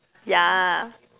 yeah